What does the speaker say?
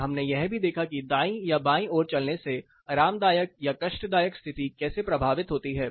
और हमने यह भी देखा कि दाईं या बाई और चलने से आरामदायक या कष्टदायक स्थिति कैसे प्रभावित होती है